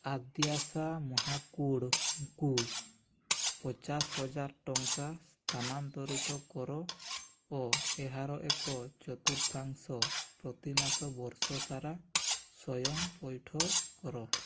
ଆଦ୍ୟାଶା ମହାକୁଡ଼ଙ୍କୁ ପଚାଶହଜାର ଟଙ୍କା ସ୍ଥାନାନ୍ତରିତ କର ଓ ଏହାର ଏକ ଚତୁର୍ଥାଂଶ ପ୍ରତିମାସ ବର୍ଷ ସାରା ସ୍ଵୟଂ ପଇଠ କର